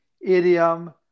idiom